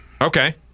Okay